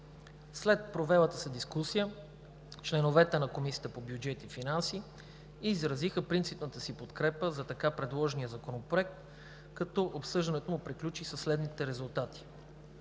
След провелата се дискусия членовете на Комисията по бюджет и финанси изразиха принципната си подкрепа за така предложения Законопроект, като обсъждането му приключи със следните резултати: